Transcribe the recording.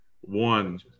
One